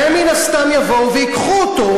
והם מן הסתם יבואו וייקחו אותו,